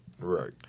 Right